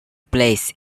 place